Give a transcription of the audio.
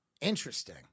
Interesting